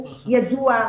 ידוע,